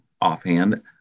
offhand